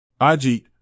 Ajit